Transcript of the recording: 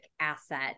asset